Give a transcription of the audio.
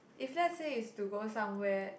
if let's say is to go somewhere